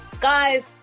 Guys